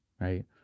right